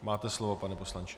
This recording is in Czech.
Máte slovo, pane poslanče.